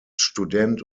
student